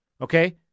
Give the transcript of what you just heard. Okay